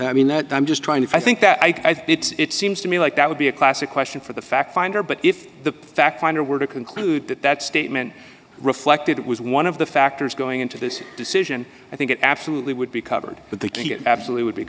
i mean that i'm just trying to i think that i think it's seems to me like that would be a classic question for the fact finder but if the fact finder were to conclude that that statement reflected was one of the factors going into this decision i think it absolutely would be covered but they could get absolutely would be